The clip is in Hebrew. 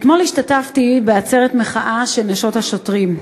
אתמול השתתפתי בעצרת מחאה של נשות השוטרים,